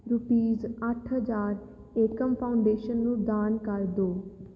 rupees ਅੱਠ ਹਜ਼ਾਰ Ekam foundation ਨੂੰ ਦਾਨ ਕਰ ਦਿਓ